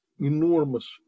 enormous